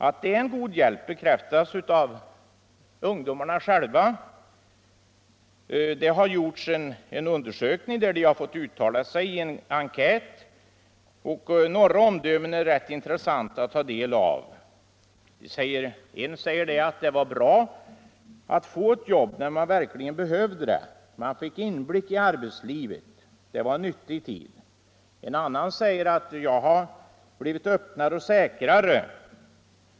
Att det är en god hjälp bekräftas av ungdomarna själva. Det har gjorts en enkät, där de har fått uttala sig. Några omdömen är rätt intressanta att ta del av. En säger: Det var bra att få ett jobb när man verkligen behövde det. Man fick inblick i arbetslivet. Det var en nyttig tidpunkt. En annan säger: Jag har blivit öppnare och säkrare.